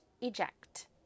eject